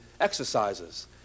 exercises